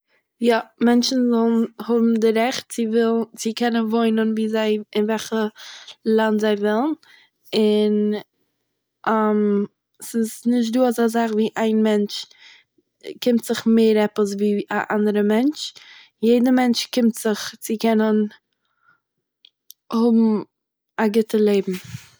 יא, מענטשן וועלן האבן די רעכט צו ווילן- צו קענען וואוינען וואו זיי- אין וועלכע לאנד זיי ווילן, און ס'איז נישטא אזא זאך אז איין מענטש קומט זיך מער עפעס ווי אן אנדערע מענטש, יעדער מענטש קומט זיך צו קענען האבן א גוטע לעבן